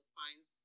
finds